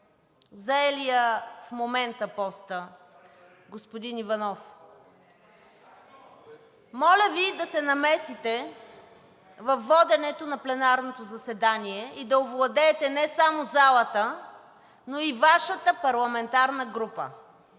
заелия в момента поста господин Иванов, моля Ви да се намесите във воденето на пленарното заседание и да овладеете не само залата, но и Вашата парламентарна група.